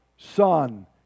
Son